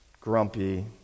grumpy